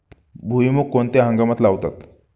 भुईमूग कोणत्या हंगामात लावतात?